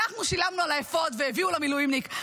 אנחנו שילמנו על האפוד והביאו למילואימניק.